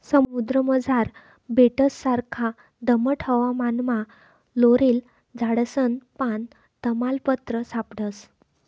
समुद्रमझार बेटससारखा दमट हवामानमा लॉरेल झाडसनं पान, तमालपत्र सापडस